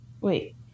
Wait